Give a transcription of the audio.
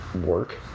work